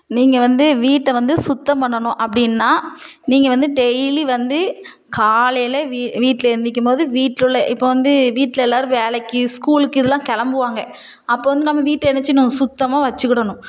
நீங்கள் வந்து வீட்டை வந்து சுத்தம் பண்ணணும் அப்படின்னா நீங்கள் வந்து டெய்லி வந்து காலையில் வீ வீட்டில் எந்திருக்கும் போது வீட்டில் உள்ள இப்போது வந்து வீட்டில் எல்லோரும் வேலைக்கு ஸ்கூலுக்கு இதெல்லாம் கிளம்புவாங்க அப்போது வந்து நம்ம வீட்டை என்ன செய்யணும் சுத்தமா வச்சுக்கிடணும்